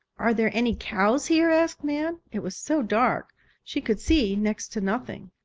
are there any cows here? asked nan. it was so dark she could see next to nothing.